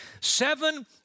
seven